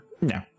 No